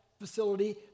facility